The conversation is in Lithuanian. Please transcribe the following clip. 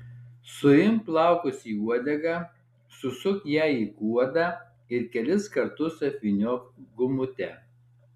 suimk plaukus į uodegą susuk ją į kuodą ir kelis kartus apvyniok gumute